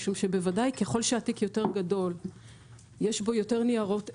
משום שבוודאי ככל שהתיק יותר גדול יש בו יותר ניירות ערך.